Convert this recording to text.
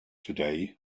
today